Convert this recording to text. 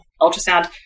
ultrasound